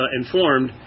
informed